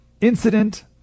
incident